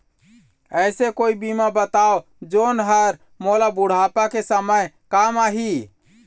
ऐसे कोई बीमा बताव जोन हर मोला बुढ़ापा के समय काम आही?